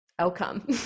outcome